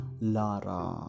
Lara